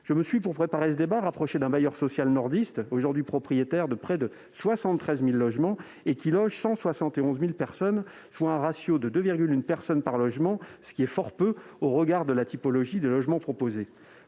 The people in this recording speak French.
familiale. Pour préparer ce débat, je me suis rapproché d'un bailleur social nordiste, aujourd'hui propriétaire de près de 73 000 logements et qui loge 171 000 personnes- soit un ratio de 2,1 personnes par logement, ce qui est fort peu au regard de la typologie des logements proposés.